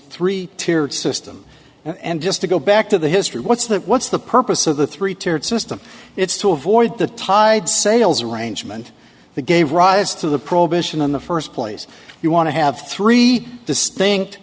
three tiered system and just to go back to the history what's that what's the purpose of the three tiered system it's to avoid the tide sales arrangement the gave rise to the prohibition in the first place you want to have three distinct